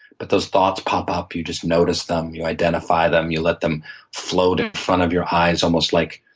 but those thoughts pop up, you just notice them. you identify them. you let them float in front of your eyes almost like,